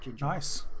nice